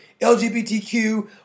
LGBTQ